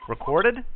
Recorded